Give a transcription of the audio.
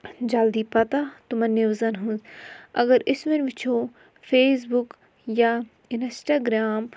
جلدی پَتہ تِمَن نِوزَن ہٕنٛز اَگر أسۍ وۄنۍ وٕچھو فیس بُک یا اِنَسٹاگرٛام